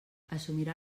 assumirà